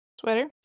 sweater